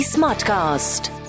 Smartcast